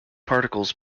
particles